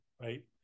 right